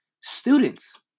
students